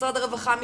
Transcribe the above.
משרד הרווחה,